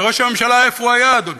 וראש הממשלה, איפה הוא היה, אדוני?